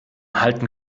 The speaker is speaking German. halten